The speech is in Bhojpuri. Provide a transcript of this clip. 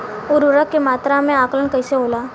उर्वरक के मात्रा में आकलन कईसे होला?